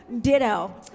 Ditto